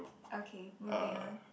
okay moving on